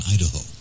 Idaho